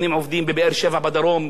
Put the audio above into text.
בקריית-שמונה בצפון,